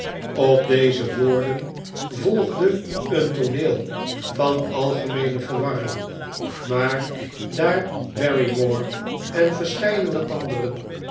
op deze woorden volgde een tooneel van algemeene verwarring maar daarbarrymore en verscheidene anderen